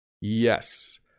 yes